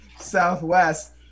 Southwest